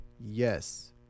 Yes